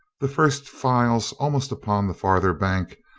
the first files almost upon the farther bank,